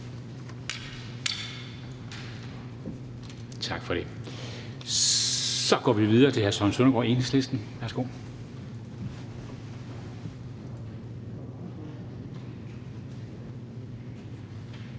bemærkninger. Så går vi videre til hr. Søren Søndergaard, Enhedslisten. Værsgo.